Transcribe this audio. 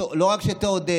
שלא רק שתעודד,